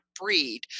breed